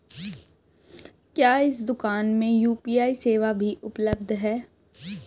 क्या इस दूकान में यू.पी.आई सेवा भी उपलब्ध है?